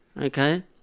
okay